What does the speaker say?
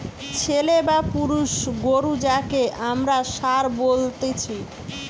ছেলে বা পুরুষ গরু যাঁকে আমরা ষাঁড় বলতেছি